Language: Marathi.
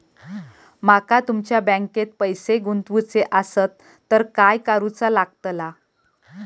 माका तुमच्या बँकेत पैसे गुंतवूचे आसत तर काय कारुचा लगतला?